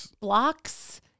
blocks